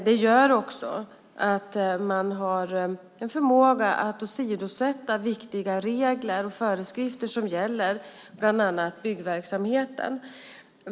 Det gör också att man har en förmåga att åsidosätta viktiga regler och föreskrifter som bland annat gäller byggverksamheten.